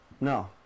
No